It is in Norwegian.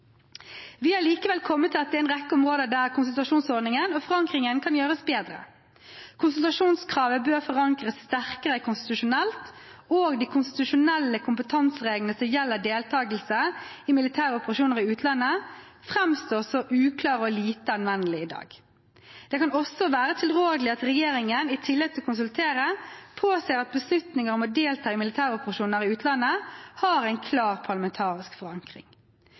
Vi har likevel kommet til at det er en rekke områder der konsultasjonsordningen og forankringen kan gjøres bedre. Konsultasjonskravet bør forankres sterkere konstitusjonelt, og de konstitusjonelle kompetansereglene som gjelder deltakelse i militære operasjoner i utlandet, framstår som uklare og lite anvendelige i dag. Det kan også være tilrådelig at regjeringen, i tillegg til å konsultere, påser at beslutninger om å delta i militæroperasjoner i utlandet har en klar parlamentarisk forankring.